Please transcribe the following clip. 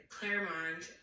Claremont